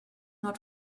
not